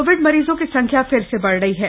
Covid मरीजों की संख्या फिर से बढ़ रही है